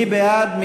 מי בעד?